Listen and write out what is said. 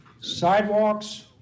sidewalks